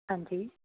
ਹਾਂਜੀ